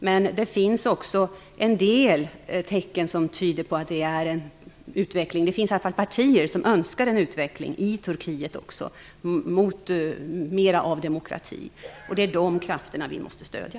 Men det finns också en del tecken som tyder på att det i alla fall finns partier som önskar en utveckling i Turkiet mot mera av demokrati. Det är de krafterna som vi måste stödja.